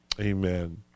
Amen